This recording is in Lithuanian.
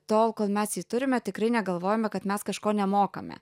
tol kol mes jį turime tikrai negalvojame kad mes kažko nemokame